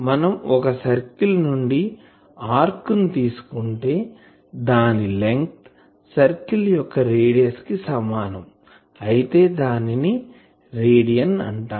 మనం ఒక సర్కిల్ నుండి ఆర్క్ ని తీసుకుంటే దాని లెంగ్త్ సర్కిల్ యొక్క రేడియస్ కి సమానం అయితే దానిని రేడియన్ అంటాం